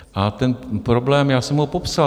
A ten problém, já jsem ho popsal.